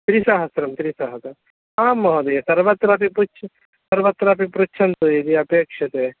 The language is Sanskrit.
त्रिसहस्रं त्रिसहस्रम् आं महोदय सर्वत्रापि पृच्छ सर्वत्रापि पृच्छन्तु यदि अपेक्षते